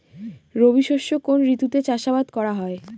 রবি শস্য কোন ঋতুতে চাষাবাদ করা হয়?